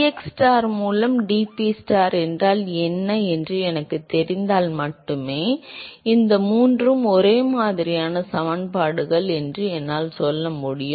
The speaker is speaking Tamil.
எனவே dxstar மூலம் dPstar என்றால் என்ன என்று எனக்குத் தெரிந்தால் மட்டுமே இந்த மூன்றும் ஒரே மாதிரியான சமன்பாடுகள் என்று என்னால் சொல்ல முடியும்